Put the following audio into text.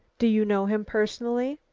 do you know him personally?